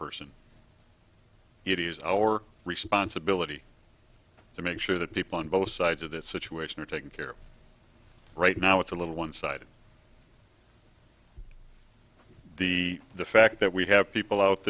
is our responsibility to make sure that people on both sides of this situation are taken care of right now it's a little one sided the the fact that we have people out